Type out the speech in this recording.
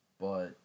But-